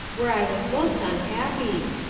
where i was most unhappy.